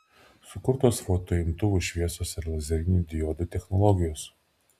sukurtos fotoimtuvų šviesos ir lazerinių diodų technologijos